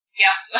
yes